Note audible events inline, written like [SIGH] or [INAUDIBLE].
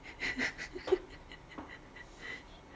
[LAUGHS]